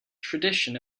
tradition